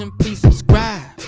and please subscribe.